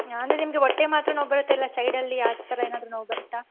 ಆಮೇಲೆ ನಿಮಗೆ ಹೊಟ್ಟೆ ಮಾತ್ರ ನೋವು ಬರುತ್ತಾ ಇಲ್ಲ ಸೈಡಲ್ಲಿ ಆ ಥರ ಏನಾದ್ರೂ ನೋವು ಬರುತ್ತಾ